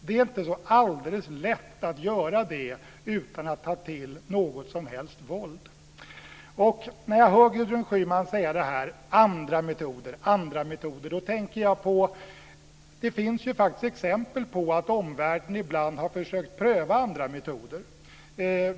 Det är inte så alldeles lätt att göra det utan att ta till något som helst våld. När jag hör Gudrun Schyman prata om andra metoder tänker jag på att det ju faktiskt finns exempel på att omvärlden ibland har försökt pröva andra metoder.